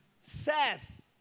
says